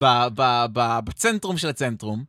בצנטרום של הצנטרום.